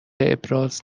ابراز